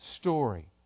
story